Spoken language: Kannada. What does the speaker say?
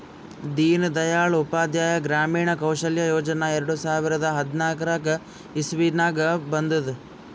ದೀನ್ ದಯಾಳ್ ಉಪಾಧ್ಯಾಯ ಗ್ರಾಮೀಣ ಕೌಶಲ್ಯ ಯೋಜನಾ ಎರಡು ಸಾವಿರದ ಹದ್ನಾಕ್ ಇಸ್ವಿನಾಗ್ ಬಂದುದ್